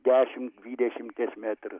dešim dvidešimties metrų